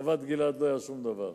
בחוות-גלעד לא היה שום דבר.